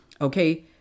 Okay